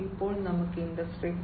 ഇപ്പോൾ നമുക്ക് ഇൻഡസ്ട്രി 4